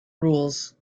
rules